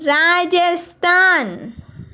Rajasthan